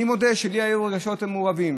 אני מודה שלי היו רגשות מעורבים.